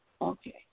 okay